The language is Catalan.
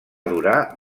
durar